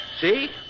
See